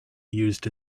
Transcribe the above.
used